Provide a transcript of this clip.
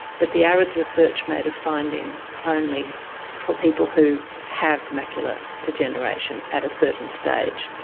but the areds research made a finding only for people who have macular degeneration at a certain stage,